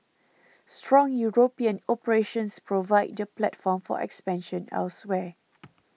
strong European operations provide the platform for expansion elsewhere